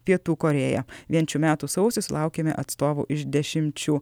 pietų korėja vien šių metų sausį sulaukėme atstovų iš dešimčių